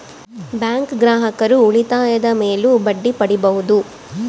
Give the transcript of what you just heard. bank ಗ್ರಾಹಕರು ಉಳಿತಾಯದ ಮೇಲೂ ಬಡ್ಡಿ ಪಡೀಬಹುದು